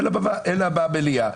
אלא במליאה.